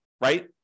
right